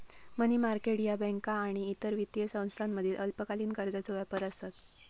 मनी market ह्या बँका आणि इतर वित्तीय संस्थांमधील अल्पकालीन कर्जाचो व्यापार आसत